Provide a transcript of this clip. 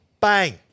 bang